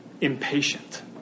impatient